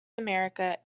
america